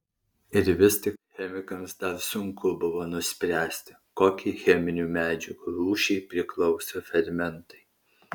ir vis tik chemikams dar sunku buvo nuspręsti kokiai cheminių medžiagų rūšiai priklauso fermentai